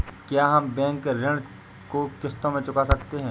क्या हम बैंक ऋण को किश्तों में चुका सकते हैं?